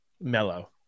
mellow